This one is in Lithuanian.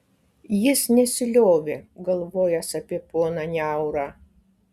jis nesiliovė galvojęs apie poną niaurą